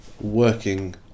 working